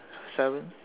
seven